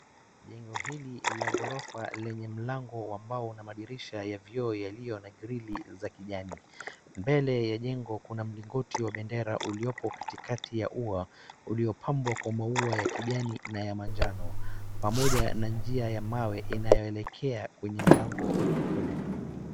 Jengo hili la gorofa lenye mlango wa mbao na madirisha ya vioo yaliyo na grili za kijani. Mbele ya jengo kuna mlingoti wa bendera uliopo katikati ya ua, uliopambwa kwa maua ya kijani na ya manjano, pamoja na njia ya mawe inayoelekea kwenye mlango mkuu.